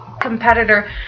competitor